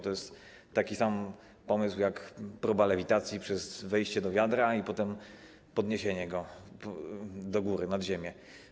To jest taki sam pomysł jak próba lewitacji przez wejście do wiadra i potem podniesienia go góry, nad ziemię.